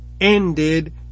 ended